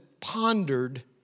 pondered